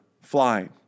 flying